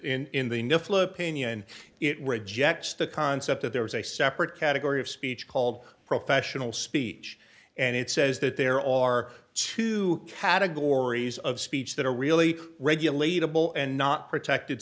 with in the new flow pinion it rejects the concept that there is a separate category of speech called professional speech and it says that there are two categories of speech that are really regulate a bull and not protected